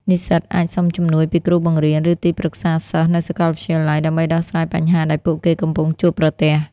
និស្សិតអាចសុំជំនួយពីគ្រូបង្រៀន ឬទីប្រឹក្សាសិស្សនៅសាកលវិទ្យាល័យដើម្បីដោះស្រាយបញ្ហាដែលពួកគេកំពុងជួបប្រទះ។